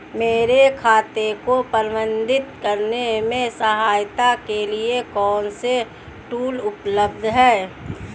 मेरे खाते को प्रबंधित करने में सहायता के लिए कौन से टूल उपलब्ध हैं?